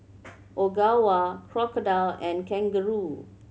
Ogawa Crocodile and Kangaroo